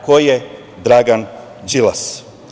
Ko je Dragan Đilas?